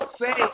say